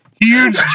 Huge